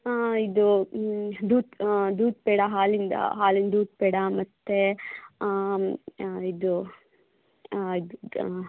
ಇದು ದೂದ್ ದೂದ್ ಪೇಡ ಹಾಲಿಂದ ಹಾಲಿನ ದೂದ್ ಪೇಡ ಮತ್ತು ಇದು ಇದು